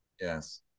Yes